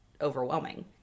overwhelming